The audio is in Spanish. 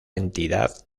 entidad